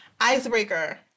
Icebreaker